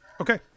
okay